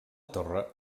torre